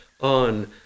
on